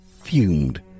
fumed